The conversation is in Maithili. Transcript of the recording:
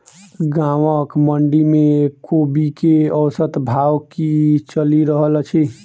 गाँवक मंडी मे कोबी केँ औसत भाव की चलि रहल अछि?